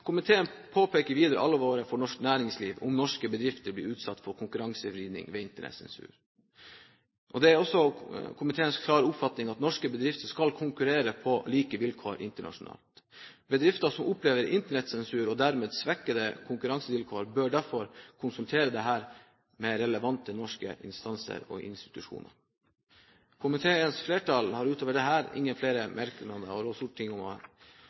Komiteen påpeker videre alvoret for norsk næringsliv dersom norske bedrifter blir utsatt for konkurransevridning ved internettsensur. Det er også komiteens klare oppfatning at norske bedrifter skal konkurrere på like vilkår internasjonalt. Bedrifter som opplever internettsensur, og dermed svekkede konkurransevilkår, bør derfor konsultere relevante norske instanser og institusjoner om dette. Komiteens flertall har utover dette ingen flere merknader, og rår Stortinget til at forslaget om